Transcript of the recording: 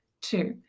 Two